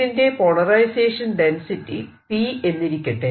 ഇതിന്റെ polarisation density P എന്നിരിക്കട്ടെ